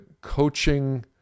coaching